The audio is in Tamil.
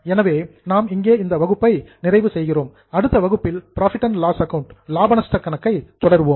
எனவே நாம் இங்கே இந்த வகுப்பை நிறைவு செய்கிறோம் அடுத்த வகுப்பில் புரோஃபிட் அண்ட் லாஸ் ஆக்கவுண்ட் லாப நஷ்ட கணக்கை தொடர்வோம்